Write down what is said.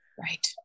Right